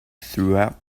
throughout